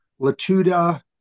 Latuda